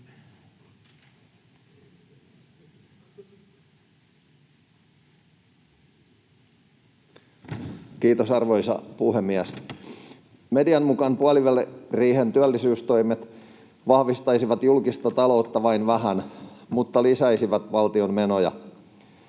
Kiitos, arvoisa puhemies! Median mukaan puoliväliriihen työllisyystoimet vahvistaisivat julkista taloutta vain vähän, mutta lisäisivät valtion menoja.